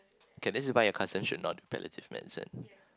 okay this is why your cousin should not do palliative medicine